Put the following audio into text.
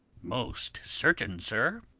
most certain sir.